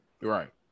Right